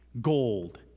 gold